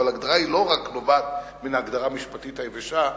אבל ההגדרה לא רק נובעת מההגדרה המשפטית היבשה,